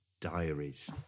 Diaries